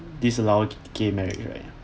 disallow game act right